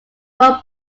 from